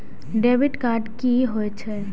Debit card की होय छेय?